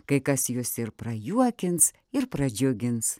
kai kas jus ir prajuokins ir pradžiugins